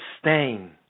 stain